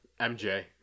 MJ